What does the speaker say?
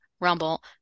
Rumble